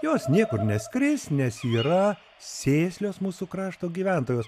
jos niekur neskris nes yra sėslios mūsų krašto gyventojos